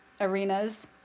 arenas